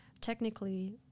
technically